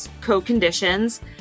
co-conditions